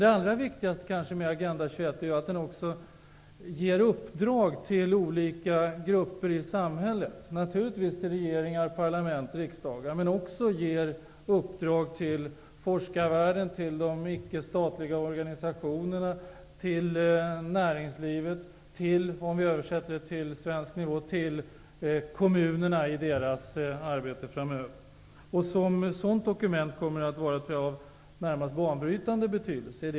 Det allra viktigaste med Agenda 21 är att där ges uppdrag till olika grupper i samhället, till regeringar, parlament och riksdagar och också uppdrag till forskarvärlden, de icke-statliga organisationerna och näringslivet samt, översatt till svensk nivå, kommunerna i deras arbete framöver. Som sådant dokument kommer det närmast att vara av banbrytande betydelse.